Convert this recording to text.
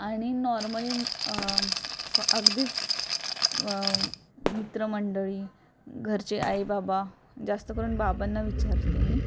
आणि नॉर्मली स्व अगदीच मित्रमंडळी घरचे आईबाबा जास्त करून बाबांना विचारते मी